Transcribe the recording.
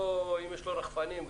ואם יש לו רחפנים,